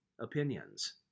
opinions